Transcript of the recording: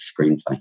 screenplay